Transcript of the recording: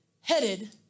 headed